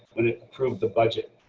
but it proved the budget.